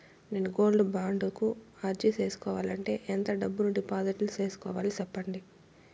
నేను gold bond కు అర్జీ సేసుకోవాలంటే ఎంత డబ్బును డిపాజిట్లు సేసుకోవాలి సెప్పండి